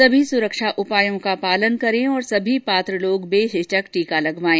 सभी सुरक्षा उपायों का पालन करें और सभी पात्र लोग बेहिचक टीका लगवाएं